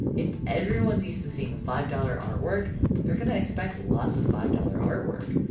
if everyone's used to seeing a five dollars artwork they're gonna expect lots of five dollars artwork.